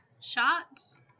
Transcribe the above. Shots